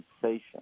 sensation